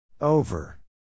Over